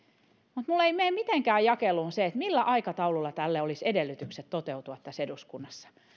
mutta minulle ei mene mitenkään jakeluun se millä aikataululla tälle olisi edellytykset toteutua tässä eduskunnassa